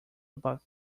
about